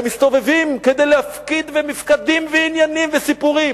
הם מסתובבים כדי להפקיד ומפקדים ועניינים וסיפורים.